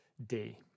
day